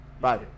Bye